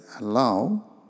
allow